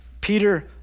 Peter